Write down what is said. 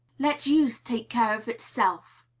let use take care of itself.